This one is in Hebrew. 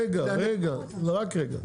רגע, רגע, רק רגע.